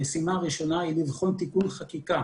המשימה הראשונה היא לבחון תיקון חקיקה